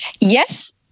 Yes